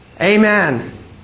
Amen